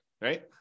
right